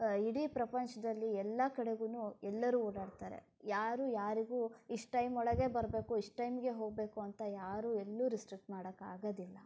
ಇಡೀ ಪ್ರಪಂಚದಲ್ಲಿ ಎಲ್ಲ ಕಡೆಗೂ ಎಲ್ಲರೂ ಓಡಾಡ್ತಾರೆ ಯಾರೂ ಯಾರಿಗೂ ಇಷ್ಟು ಟೈಮ್ ಒಳಗೆ ಬರಬೇಕು ಇಷ್ಟು ಟೈಮ್ಗೆ ಹೋಗಬೇಕು ಅಂತ ಯಾರೂ ಎಲ್ಲೂ ರೆಸ್ಟ್ರಿಕ್ಟ್ ಮಾಡಕ್ಕಾಗದಿಲ್ಲ